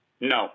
No